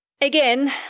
Again